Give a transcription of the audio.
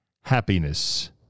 happiness